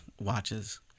watches